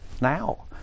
now